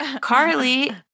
Carly